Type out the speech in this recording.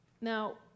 Now